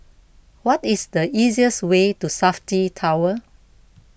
what is the easiest way to Safti Tower